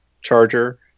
charger